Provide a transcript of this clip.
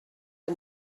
are